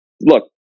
look